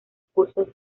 cursos